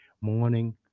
morning